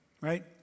right